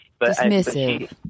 dismissive